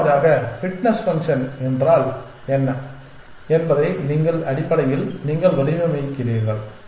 இரண்டாவதாக fitness function என்றால் என்ன என்பதை எப்படி நீங்கள் அடிப்படையில் நீங்கள் வடிவமைக்கிறீர்கள்